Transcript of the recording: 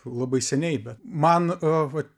labai seniai bet man vat